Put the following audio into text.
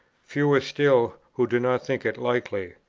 fewer still, who do not think it likely.